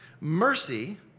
Mercy